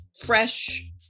fresh